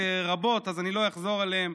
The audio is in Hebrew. יש דוגמאות רבות, אז אני לא אחזור עליהן,